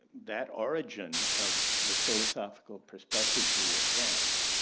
that origin of the philosophical perspectives we advance,